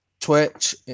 Twitch